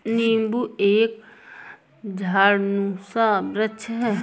नींबू एक झाड़नुमा वृक्ष है